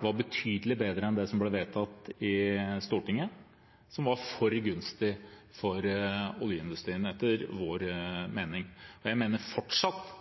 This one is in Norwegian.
var betydelig bedre enn det som ble vedtatt i Stortinget, som var for gunstig for oljeindustrien, etter vår mening. Og selv om det ikke er flertall for det her, mener jeg fortsatt